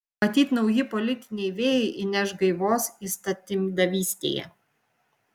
matyt nauji politiniai vėjai įneš gaivos įstatymdavystėje